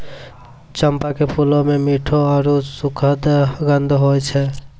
चंपा के फूलो मे मिठ्ठो आरु सुखद गंध होय छै